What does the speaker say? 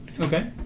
Okay